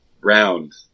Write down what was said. round